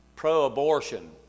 pro-abortion